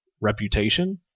reputation